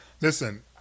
Listen